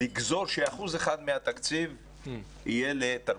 לגזור שאחוז אחד מהתקציב יהיה לתרבות.